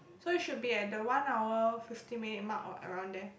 so it should be at the one hour fifteen minute mark or around there